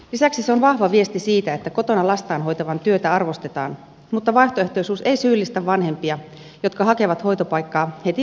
lisäksi se on vahva viesti siitä että kotona lastaan hoitavan työtä arvostetaan mutta vaihtoehtoisuus ei syyllistä vanhempia jotka hakevat hoitopaikkaa heti vanhempainvapaan loputtua